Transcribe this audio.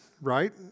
right